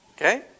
Okay